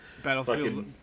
Battlefield